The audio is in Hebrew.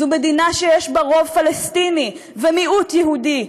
זו מדינה שיש בה רוב פלסטיני ומיעוט יהודי.